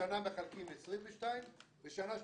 השנה מחלקים 22 ושנה שלישית,